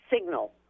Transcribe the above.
signal